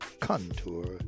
Contour